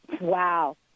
Wow